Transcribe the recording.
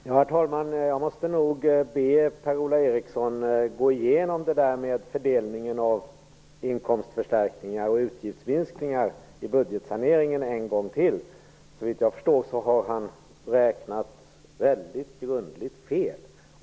Herr talman! Jag måste nog be Per-Ola Eriksson gå igenom fördelningen av inkomstförstärkning och utgiftsminskning i budgetsaneringen en gång till. Såvitt jag förstår har han räknat grundligt fel.